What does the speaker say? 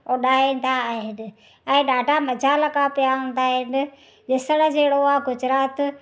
उॾाईंदा आहिनि ऐं ॾाढा मज़ा लॻा पिया हूंदा आहिनि ॾिसण जहिड़ो आहे गुजरात